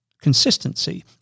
consistency